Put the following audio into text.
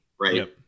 right